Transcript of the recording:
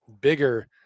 bigger